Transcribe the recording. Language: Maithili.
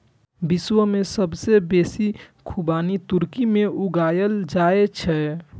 विश्व मे सबसं बेसी खुबानी तुर्की मे उगायल जाए छै